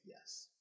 yes